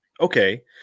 okay